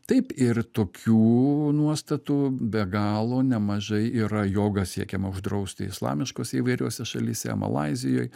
taip ir tokių nuostatų be galo nemažai yra jogą siekiama uždrausti islamiškose įvairiose šalyse malaizijoj